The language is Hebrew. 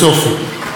אם בכלל,